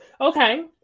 okay